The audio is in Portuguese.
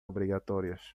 obrigatórias